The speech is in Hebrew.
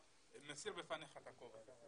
מסיר בפניך את הכובע, אדוני.